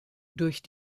durch